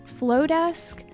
Flowdesk